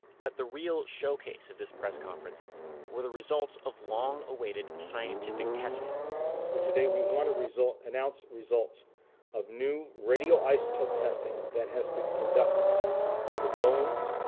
but the real showcase of this press conference were the results of long-awaited scientific testing so today we want to announce results of new radio-isotope testing that has been conducted on the bones,